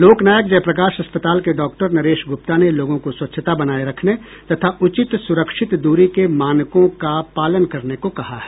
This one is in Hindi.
लोकनायक जयप्रकाश अस्पताल के डॉक्टर नरेश गूप्ता ने लोगों को स्वच्छता बनाए रखने तथा उचित सुरक्षित दूरी के मानकों का पालन करने को कहा है